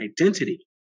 identity